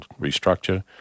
restructure